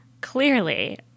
clearly